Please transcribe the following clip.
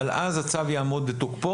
אבל אז הצו יעמוד בתוקפו.